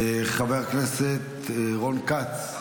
חבר הכנסת רון כץ,